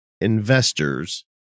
investors